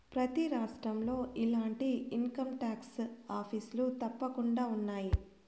ప్రతి రాష్ట్రంలో ఇలాంటి ఇన్కంటాక్స్ ఆఫీసులు తప్పకుండా ఉన్నాయి